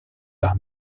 par